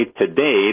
today